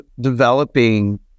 developing